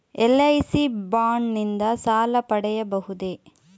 LIC bond ನಿಂದ ಸಾಲ ಪಡೆಯಬಹುದೇ?